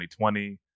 2020